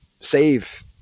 save